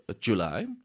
July